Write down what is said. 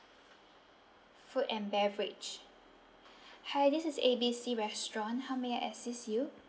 food and beverage hi this is A B C restaurant how may I assist you